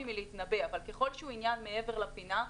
מלהתנבא ככל שהוא עניין מעבר לפינה,